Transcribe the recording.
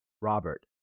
Robert